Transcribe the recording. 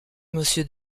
monsieur